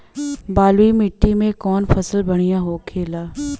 बलुई मिट्टी में कौन फसल बढ़ियां होखे ला?